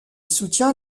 soutient